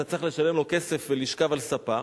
אתה צריך לשלם לו כסף ולשכב על ספה.